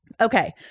Okay